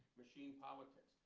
machine politics.